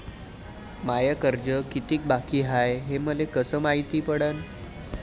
माय कर्ज कितीक बाकी हाय, हे मले कस मायती पडन?